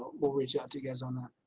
we'll reach out to you guys on that.